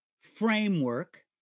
framework